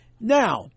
Now